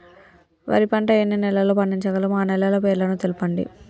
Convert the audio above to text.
వరి పంట ఎన్ని నెలల్లో పండించగలం ఆ నెలల పేర్లను తెలుపండి?